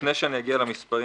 לפני שאגיע למספרים,